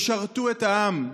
שרתו את העם,